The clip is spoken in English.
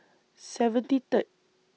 seventy Third